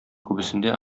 күбесендә